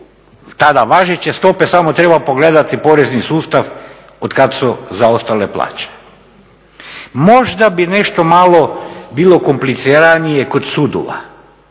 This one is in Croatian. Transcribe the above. tada važeće stope, samo treba pogledati porezni sustav otkad su zaostale plaće. Možda bi nešto malo bilo kompliciranije kod sudova